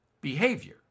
behavior